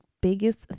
biggest